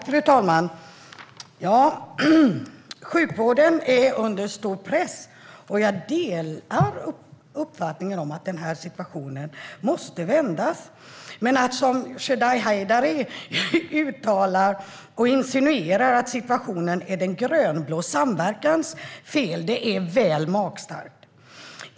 Fru talman! Sjukvården är under stor press, och jag delar uppfattningen att situationen måste vändas. Men att som Shadiye Heydari uttala och insinuera att situationen är den grönblå samverkans fel är väl magstarkt.